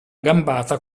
gambata